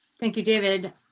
thank you, david.